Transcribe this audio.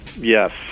Yes